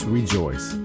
Rejoice